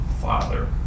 Father